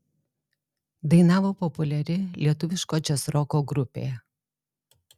dainavo populiari lietuviško džiazroko grupė